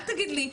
אל תגיד לי,